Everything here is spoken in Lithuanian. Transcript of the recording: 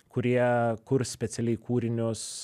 kurie kurs specialiai kūrinius